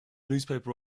newspaper